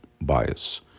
bias